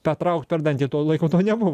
patraukt per dantį tuo laiku to nebuvo